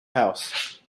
house